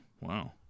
wow